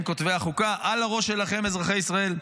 הם כותבי החוק על הראש שלכם, אזרחי ישראל.